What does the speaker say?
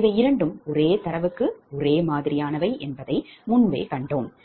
இவை இரண்டும் ஒரே தரவுக்கு ஒரே மாதிரியானவை என்பதை முன்பே கண்டோம்